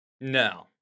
No